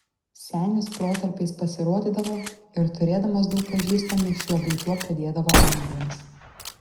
senis protarpiais pasirodydavo ir turėdamas daug pažįstamų šiuo bei tuo padėdavo anglams